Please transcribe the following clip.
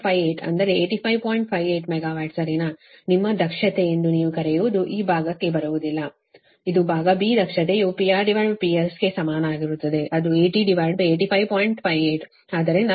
58 megawatt ಸರಿನಾ ನಿಮ್ಮ ದಕ್ಷತೆ ಎಂದು ನೀವು ಕರೆಯುವುದು ಈ ಭಾಗಕ್ಕೆ ಬರುವುದಿಲ್ಲ ಇದು ಭಾಗ ದಕ್ಷತೆಯು PRPSಗೆ ಸಮಾನವಾಗಿರುತ್ತದೆ ಅದು 8085